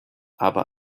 aber